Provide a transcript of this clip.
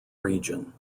region